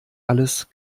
alles